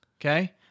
Okay